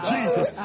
Jesus